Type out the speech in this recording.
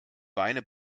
beine